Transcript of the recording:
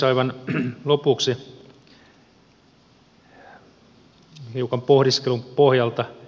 aivan lopuksi hiukan pohdiskelun pohjalta